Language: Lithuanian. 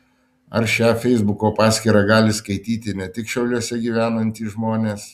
ar šią feisbuko paskyrą gali skaityti ne tik šiauliuose gyvenantys žmonės